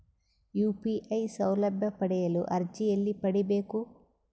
UPI ಸೌಲಭ್ಯ ಪಡೆಯಲು ಅರ್ಜಿ ಎಲ್ಲಿ ಪಡಿಬೇಕು?